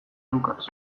lucas